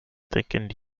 thickened